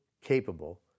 capable